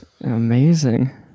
Amazing